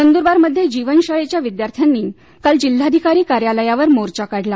नंदुरबारमध्ये जीवनशाळेच्या विद्यार्थ्यांनी काल जिल्हाधिकारी कार्यालयावर मोर्चा काढला